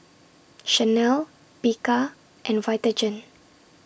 Chanel Bika and Vitagen